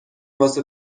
واسه